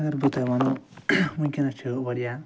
اگر بہٕ تۄہہِ وَنو وٕنۍکٮ۪نَس چھِ واریاہ